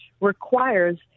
requires